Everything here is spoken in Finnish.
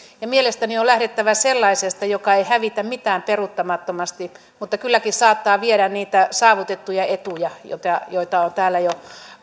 mielestäni on lähdettävä sellaisesta joka ei hävitä mitään peruuttamattomasti mutta kylläkin saattaa viedä niitä saavutettuja etuja jotka on täällä jo ainakin